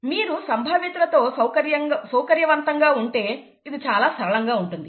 మీరు సంభావ్యతలతో సౌకర్యవంతంగా ఉంటే ఇది చాలా సరళంగా గాఉంటుంది